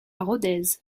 rodez